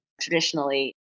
traditionally